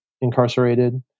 incarcerated